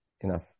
enough